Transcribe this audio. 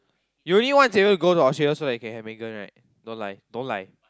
you only want Xavier to go to Australia so you can have Megan right don't lie don't lie